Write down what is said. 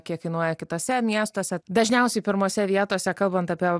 kiek kainuoja kituose miestuose dažniausiai pirmose vietose kalbant apie